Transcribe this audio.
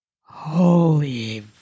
Holy